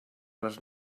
les